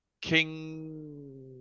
King